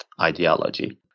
ideology